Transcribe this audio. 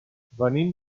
venim